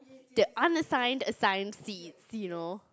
there aren't assigned assigned seats you know